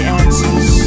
answers